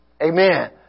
Amen